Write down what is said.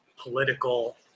political